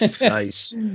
Nice